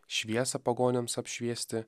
šviesą pagonims apšviesti